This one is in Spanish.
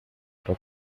entró